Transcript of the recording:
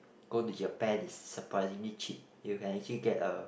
go to Japan it's surprisingly cheap you can actually get a